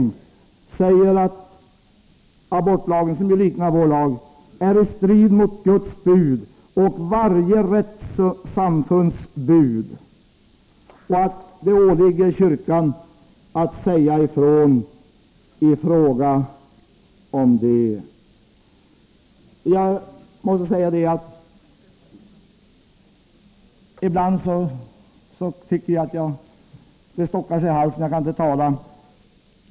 De säger att den norska abortlagen, som ju liknar den svenska, är i strid mot Guds bud och varje rättssamhälles bud och att det åligger kyrkan att säga ifrån därom. Jag måste säga att jag ibland tycker att det stockar sig i halsen. Jag kan inte tala.